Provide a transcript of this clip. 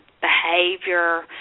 behavior